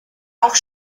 auch